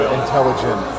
intelligent